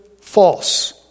false